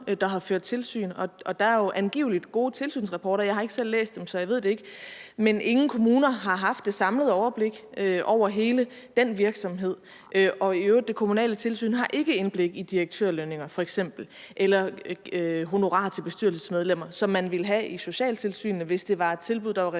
der har ført tilsyn, og der er angivelig gode tilsynsrapporter. Jeg har ikke selv læst dem, så jeg ved det ikke. Men ingen kommuner har haft det samlede overblik over hele den virksomhed, og i øvrigt har det kommunale tilsyn ikke indblik i direktørlønninger f.eks. eller i honorarer til bestyrelsesmedlemmer, som man ville have i socialtilsynet, hvis det var et tilbud, der var reguleret